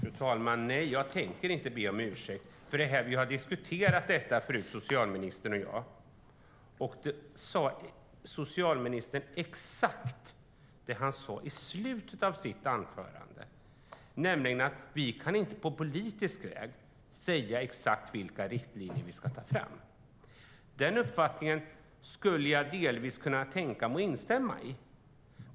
Fru talman! Nej, jag tänker inte be om ursäkt. Socialministern och jag har diskuterat detta förut, och då sade han detsamma som han sade i slutet av sitt anförande nu, nämligen att vi inte på politisk väg kan avgöra vilka riktlinjer vi ska ta fram. Det skulle jag delvis kunna instämma i.